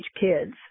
kids